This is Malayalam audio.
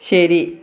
ശരി